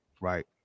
right